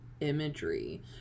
imagery